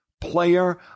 player